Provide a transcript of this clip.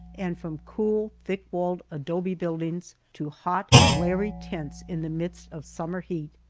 and from cool, thick-walled adobe buildings to hot, glary tents in the midst of summer heat!